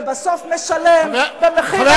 ובסוף משלם גם מחיר,